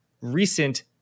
recent